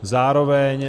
Zároveň...